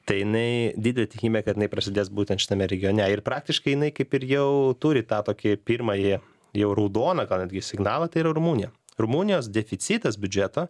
tai jinai didė tikymė kad jinai prasidės būtent šitame regione ir praktiškai jinai kaip ir jau turi tą tokie pirmąjį jau raudoną gal netgi signalą tai yra rumunija rumunijos deficitas biudžeto